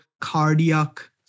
cardiac